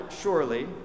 surely